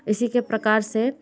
इसी के प्रकार से